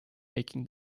making